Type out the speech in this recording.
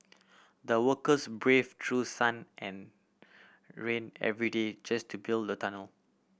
the workers brave through sun and rain every day just to build the tunnel